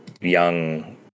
young